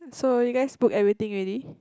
so you guys book everything already